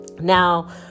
Now